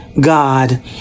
God